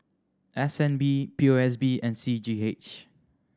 S N B P O S B and C G H